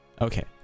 Okay